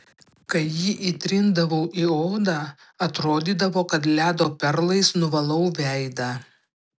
kai jį įtrindavau į odą atrodydavo kad ledo perlais nuvalau veidą